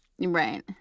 Right